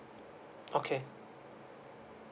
okay